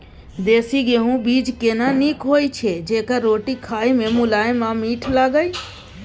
देसी गेहूँ बीज केना नीक होय छै जेकर रोटी खाय मे मुलायम आ मीठ लागय?